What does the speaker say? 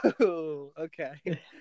okay